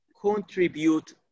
contribute